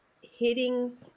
hitting